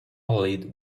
lid